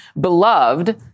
beloved